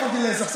לא תכננתי לסכסך.